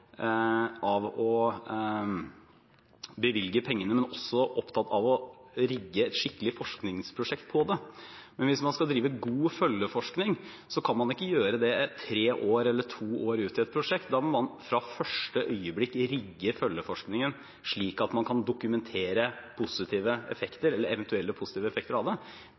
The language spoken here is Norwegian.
rigge skikkelige forskningsprosjekt. Hvis man skal drive god følgeforskning, kan man ikke gjøre det to eller tre år ut i et prosjekt, da må man fra første øyeblikk rigge følgeforskningen, slik at man kan dokumentere eventuelle positive effekter av det. Det ble ikke gjort. Da var det